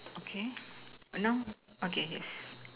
okay now okay is